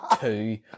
two